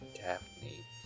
Daphne